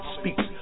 Speaks